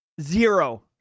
Zero